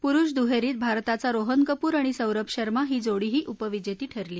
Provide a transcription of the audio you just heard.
पुरुष दुहेरीत भारताचा रोहन कपूर आणि सौरभ शर्मा ही जोडीही उपविजेती ठरली